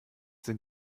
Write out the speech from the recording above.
sind